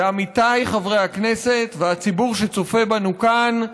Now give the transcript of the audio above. ועמיתיי חברי הכנסת והציבור שצופה בנו כאן,